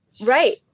Right